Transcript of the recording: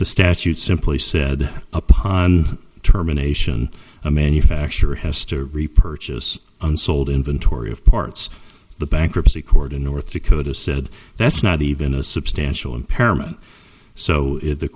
the statute simply said upon terminations a manufacturer has to repurchase unsold inventory of parts the bankruptcy court in north dakota said that's not even a substantial impairment so